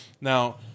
Now